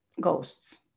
ghosts